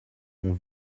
ont